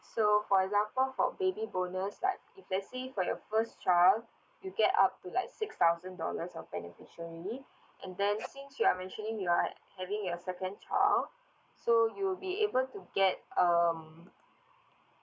so for example for baby bonus like if let's say for your first child you get up to like six thousand dollars of beneficiary and then since you're mentioning you're having your second child so you'll be able to get um